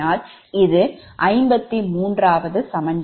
இது 53 சமன்பாடு